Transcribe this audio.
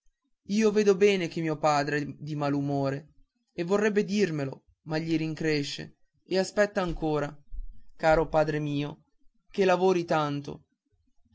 io vedo bene che mio padre è di malumore e vorrebbe dirmelo ma gli rincresce e aspetta ancora caro padre mio che lavori tanto